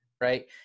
Right